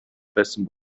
байсан